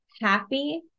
happy